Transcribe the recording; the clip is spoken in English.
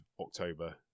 October